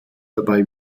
dabei